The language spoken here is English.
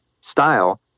style